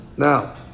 Now